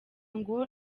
ngo